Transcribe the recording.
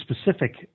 specific